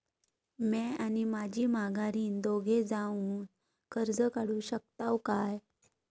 म्या आणि माझी माघारीन दोघे जावून कर्ज काढू शकताव काय?